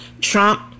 Trump